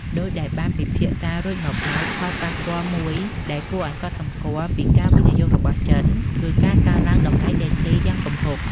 ដូចដែលបានពិភាក្សារួចមកហើយ ផលប៉ះពាល់មួយដែលគួរឲ្យកត់សម្គាល់ពីការវិនិយោគរបស់ចិន គឺការកើនឡើងតម្លៃដីធ្លីយ៉ាងគំហុក។